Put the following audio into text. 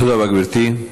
תודה רבה, גברתי.